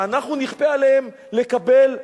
שאנחנו נכפה עליהם לקבל?